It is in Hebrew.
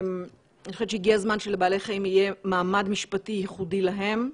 אני חושבת שהגיע הזמן שלבעלי חיים יהיה מעמד משפטי ייחודי להם,